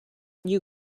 you